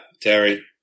Terry